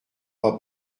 pas